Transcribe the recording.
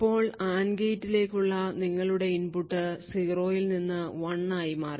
ഇപ്പോൾ AND ഗേറ്റിലേക്കുള്ള നിങ്ങളുടെ ഇൻപുട്ട് 0 ൽ നിന്ന് 1 ആയി മാറി